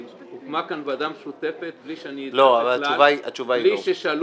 כי הוקמה כאן ועדה משותפת בלי שאני אדע בכלל,